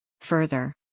Further